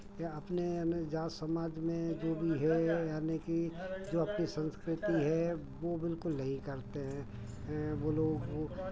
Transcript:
या अपने है ना जात समाज में जो भी है यानि कि जो अपनी संस्कृति है वो बिल्कुल नहीं करते हैं हैं वो लोग वो